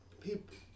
people